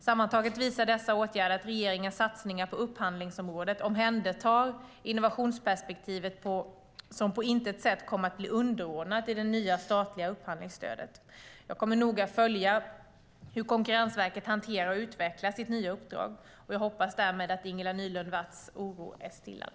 Sammantaget visar dessa åtgärder att regeringens satsningar på upphandlingsområdet omhändertar innovationsperspektivet, som på intet sätt kommer att bli underordnat i det nya statliga upphandlingsstödet. Jag kommer noga att följa hur Konkurrensverket hanterar och utvecklar sitt nya uppdrag. Jag hoppas därmed att Ingela Nylund Watz oro är stillad.